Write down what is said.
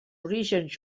orígens